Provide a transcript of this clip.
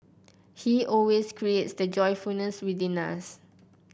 he always creates that joyfulness within us